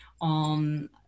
on